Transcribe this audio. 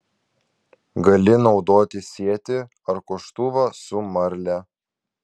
gali naudoti sietį ar koštuvą su marle